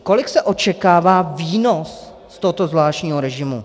Kolik se očekává výnos z tohoto zvláštního režimu?